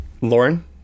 Lauren